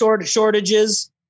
shortages